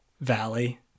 valley